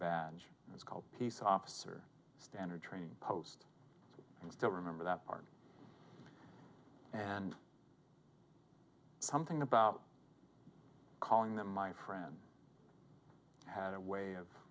badge that was called peace officer standard training post and still remember that part and something about calling them my friend had a way of